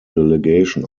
delegation